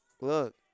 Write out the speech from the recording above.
Look